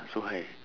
so high